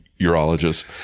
urologist